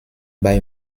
bei